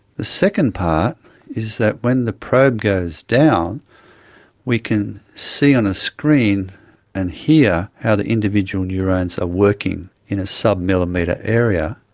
the second part is that when the probe goes down we can see on a screen and hear how the individual neurones are working in a sub-millimetre area.